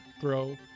throw